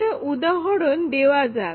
একটা উদাহরণ দেওয়া যাক